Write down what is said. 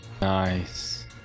Nice